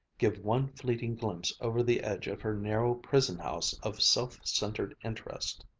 give one fleeting glimpse over the edge of her narrow prison-house of self-centered interest.